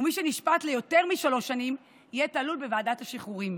ומי שנשפט ליותר משלוש שנים יהיה תלוי בוועדת השחרורים.